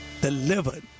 delivered